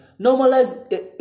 Normalize